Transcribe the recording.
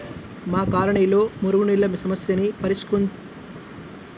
మా కాలనీలో మురుగునీళ్ళ సమస్యని పరిష్కరించుకోడం కోసరం నిన్న మున్సిపాల్టీ ఆఫీసుకి వెళ్లాను